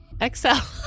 Excel